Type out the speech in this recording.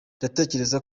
ndatekereza